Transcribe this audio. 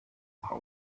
are